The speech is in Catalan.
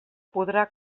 podrà